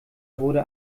wurde